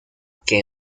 que